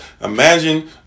Imagine